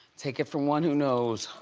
take it from one who knows.